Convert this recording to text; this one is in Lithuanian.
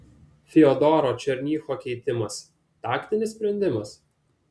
fiodoro černycho keitimas taktinis sprendimas